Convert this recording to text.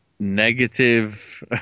Negative